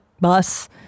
bus